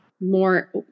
more